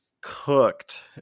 cooked